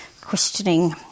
questioning